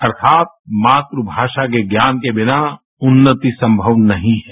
अर्थात मातृभाषा के ज्ञान के बिना उन्नति संभव नहीं है